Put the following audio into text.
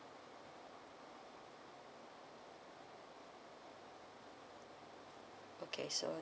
okay so